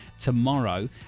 tomorrow